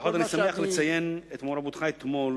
לפחות אני שמח לציין את מעורבותך אתמול